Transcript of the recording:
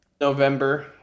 November